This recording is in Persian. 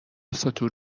ساتور